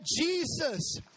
Jesus